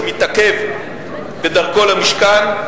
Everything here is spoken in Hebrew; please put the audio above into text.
שמתעכב בדרכו למשכן.